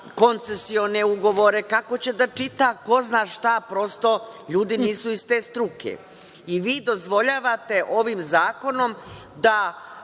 koncesione ugovore, kako će da čita ko zna šta. Prosto, ljudi nisu iz te struke. Vi dozvoljavate ovim zakonom da,